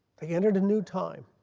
they entered a new time.